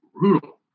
brutal